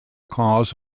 cause